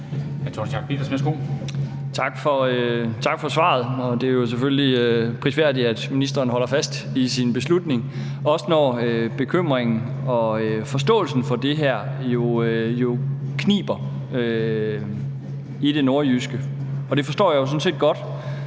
Torsten Schack Pedersen (V): Tak for svaret. Det er jo selvfølgelig prisværdigt, at ministeren holder fast i sin beslutning, også når der er en bekymring og det kniber med forståelsen for det her i det nordjyske. Det forstår jeg jo sådan set godt